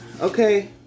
Okay